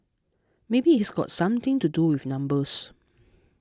maybe it's got something to do with numbers